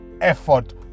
effort